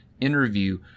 interview